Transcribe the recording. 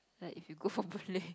like if you go for boon-lay